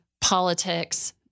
politics